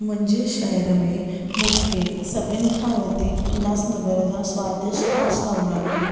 मुंहिंजे शहर में मूंखे सभिनी खां वधीक उल्हासनगर जा स्वादिष्ट नाश्ता वणंदा आहिनि